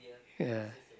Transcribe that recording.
ya